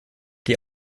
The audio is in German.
die